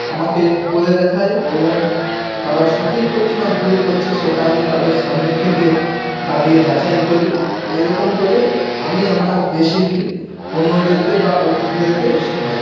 আমাকে করে দেখায় এবং তারা সঠিক করছে না ভুল করছে সেটা আমি তাদের সামনে থেকে দাঁড়িয়ে যাচাই করি এরকম করে আমি আমার রেসিপি অন্যদেরকে বা অতিথিদেরকে শেখাই